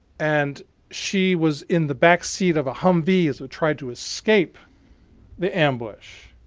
and she was in the backseat of a humvee as it tried to escape the ambush.